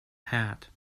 hat